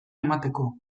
emateko